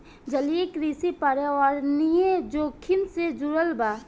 जलीय कृषि पर्यावरणीय जोखिम से जुड़ल बा